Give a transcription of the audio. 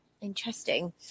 Interesting